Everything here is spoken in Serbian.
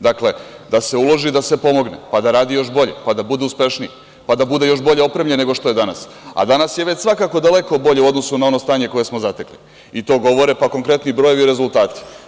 Dakle, da se uloži i da se pomogne, pa da radi još bolje, da bude uspešniji, da bude još bolje opremljen nego što je danas, a danas je već svakako daleko u odnosu na ono stanje koje smo zatekli i to govore konkretni brojevi i rezultati.